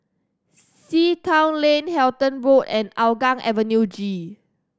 Sea Town Lane Halton Road and Hougang Avenue G